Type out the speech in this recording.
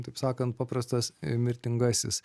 taip sakant paprastas mirtingasis